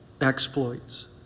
exploits